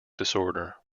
disorder